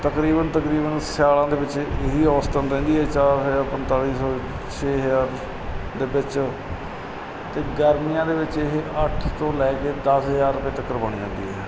ਤਕਰੀਬਨ ਤਕਰੀਬਨ ਸਿਆਲਾਂ ਦੇ ਵਿੱਚ ਇਹ ਹੀ ਔਸਤਨ ਰਹਿੰਦੀ ਹੈ ਚਾਰ ਹਜ਼ਾਰ ਪੰਤਾਲੀ ਸੌ ਛੇ ਹਜ਼ਾਰ ਦੇ ਵਿੱਚ ਅਤੇ ਗਰਮੀਆਂ ਦੇ ਵਿਚ ਇਹ ਅੱਠ ਤੋਂ ਲੈ ਕੇ ਦਸ ਹਜ਼ਾਰ ਰੁਪਏ ਤੱਕਰ ਬਣ ਜਾਂਦੀ ਹੈ